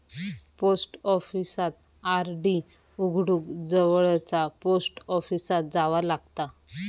post ऑफिसात RD उघडूक जवळचा पोस्ट ऑफिसात जावा लागता